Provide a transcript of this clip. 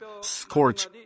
scorch